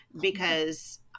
because-